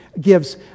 gives